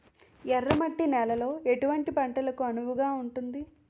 ఎర్ర మట్టి నేలలో ఎటువంటి పంటలకు అనువుగా ఉంటుంది?